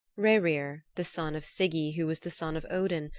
rerir, the son of sigi who was the son of odin,